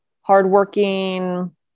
hardworking